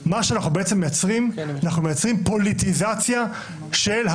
מה נאמר על ידי השופט אדמונד לוי שזאת הביקורת שאמרתי בתכנית